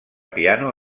piano